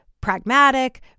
pragmatic